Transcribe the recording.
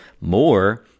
more